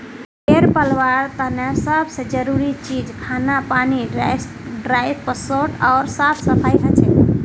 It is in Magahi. भेड़ पलवार तने सब से जरूरी चीज खाना पानी ट्रांसपोर्ट ओर साफ सफाई हछेक